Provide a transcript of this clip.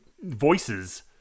voices